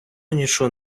нічого